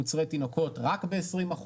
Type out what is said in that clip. מוצרי תינוקות רק ב-20%,